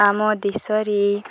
ଆମ ଦେଶରେ